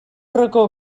racó